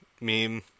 meme